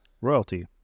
Royalty